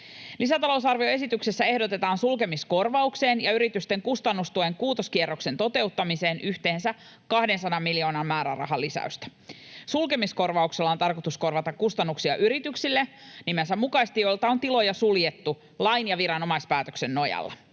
Lisätalousarvioesityksessä ehdotetaan sulkemiskorvaukseen ja yritysten kustannustuen kuutoskierroksen toteuttamiseen yhteensä 200 miljoonan määrärahalisäystä. Sulkemiskorvauksella on, nimensä mukaisesti, tarkoitus korvata kustannuksia yrityksille, joilta on tiloja suljettu lain ja viranomaispäätöksen nojalla.